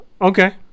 Okay